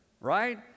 Right